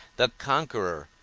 the conqueror,